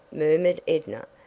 murmured edna.